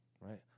right